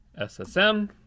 SSM